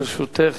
לרשותך